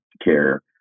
care